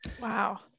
Wow